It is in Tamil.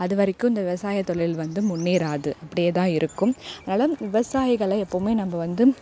அதுவரைக்கும் இந்த விவசாயத்தொழில் வந்து முன்னேறாது இப்படியேதான் இருக்கும் அதனால் விவசாயிகளை எப்பவுமே நம்ம வந்து